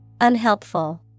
Unhelpful